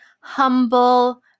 humble